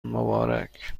مبارک